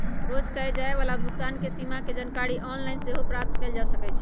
रोज कये जाय वला भुगतान के सीमा के जानकारी ऑनलाइन सेहो प्राप्त कएल जा सकइ छै